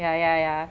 ya ya ya